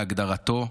להגדרתו,